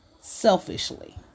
selfishly